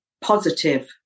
positive